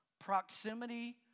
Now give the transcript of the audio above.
proximity